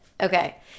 Okay